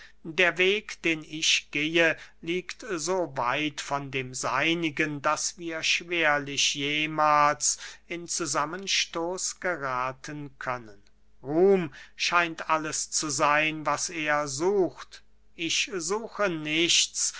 der weg den ich gehe liegt so weit von dem seinigen daß wir schwerlich jemahls in zusammenstoß gerathen können ruhm scheint alles zu seyn was er sucht ich suche nichts